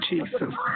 Jesus